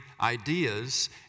ideas